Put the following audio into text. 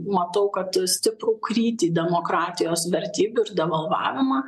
matau kad stiprų krytį demokratijos vertybių ir devalvavimą